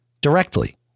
directly